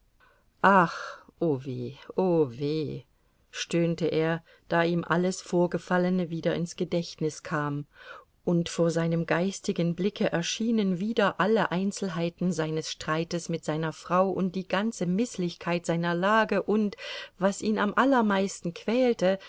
o weh o weh stöhnte er da ihm alles vorgefallene wieder ins gedächtnis kam und vor seinem geistigen blicke erschienen wieder alle einzelheiten seines streites mit seiner frau und die ganze mißlichkeit seiner lage und was ihn am allermeisten quälte